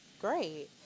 Great